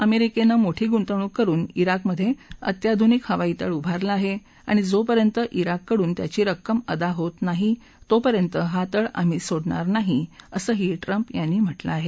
अमेरिकेन मोठी गुंतवणूक करून श्रीकमध्ये अत्याधुनिक हवाई तळ उभारला आहे आणि जोपर्यंत िवककडून त्याची रक्कम अदा होत नाही तोपर्यंत हा तळ आम्ही सोडणार नाही असंही ट्रम्प यांनी म्हालिं आहे